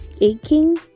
aching